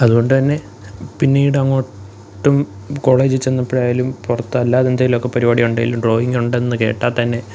അതുകൊണ്ടുതന്നെ പിന്നീടങ്ങോട്ടും കോളേജില്ച്ചെന്നപ്പോഴായാലും പുറത്ത് അല്ലാതെന്തൊക്കെ പരിപാടി ഉണ്ടേലും ഡ്രോയിങ്ങുണ്ടെന്ന് കേട്ടാല്ത്തന്നെ